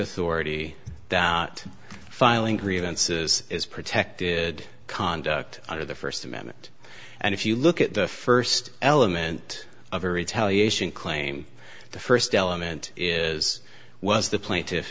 authority that filing grievances is protected conduct under the first amendment and if you look at the first element of a retaliation claim the first element is was the plaintiff